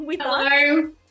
Hello